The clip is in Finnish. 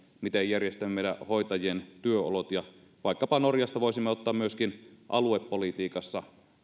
miten järjestämme meidän hoitajien työolot ja vaikkapa norjasta voisimme ottaa myöskin aluepolitiikassa